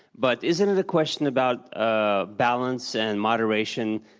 but isn't it a question about ah balance and moderation?